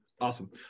Awesome